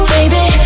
Baby